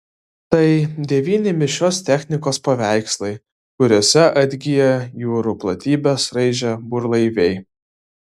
tai devyni mišrios technikos paveikslai kuriose atgyja jūrų platybes raižę burlaiviai